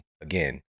again